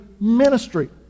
ministry